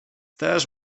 też